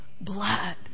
blood